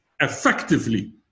Effectively